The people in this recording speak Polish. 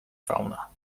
fauna